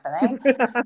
happening